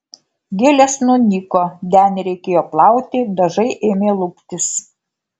gėlės nunyko denį reikėjo plauti dažai ėmė luptis